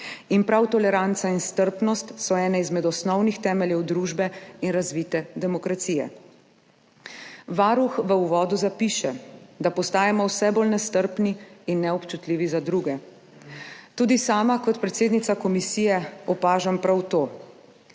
In prav toleranca in strpnost sta med osnovnimi temelji družbe in razvite demokracije. Varuh v uvodu zapiše, da postajamo vse bolj nestrpni in neobčutljivi za druge. Tudi sama kot predsednica komisije opažam prav to.